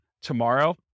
tomorrow